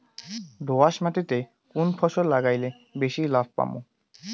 দোয়াস মাটিতে কুন ফসল লাগাইলে বেশি লাভ পামু?